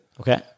Okay